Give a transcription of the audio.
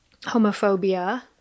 homophobia